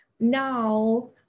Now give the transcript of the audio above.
Now